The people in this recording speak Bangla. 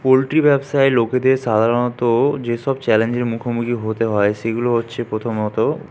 পোলট্রি ব্যবসায় লোকেদের সাধারণত যেসব চ্যালেঞ্জের মুখোমুখি হতে হয় সেগুলো হচ্ছে প্রথমত